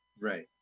Right